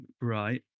Right